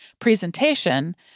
presentation